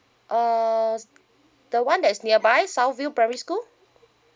uh the one that is nearby south view primary school